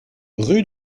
rue